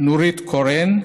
נורית קורן,